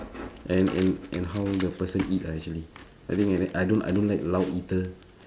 and and and how the person eat ah actually I think I I don't I don't like loud eater